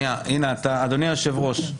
אדוני היושב-ראש,